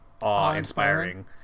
Awe-inspiring